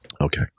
Okay